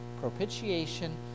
propitiation